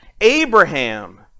Abraham